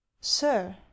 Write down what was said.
sir